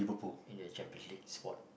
in a Champion League spot